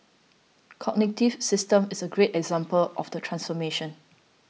Cognitive Systems is a great example of the transformation